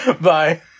Bye